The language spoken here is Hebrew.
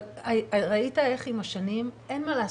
אבל ראית איך עם השנים, אין מה לעשות,